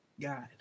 God